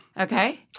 Okay